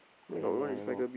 I don't know I don't know